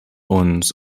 uns